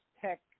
tech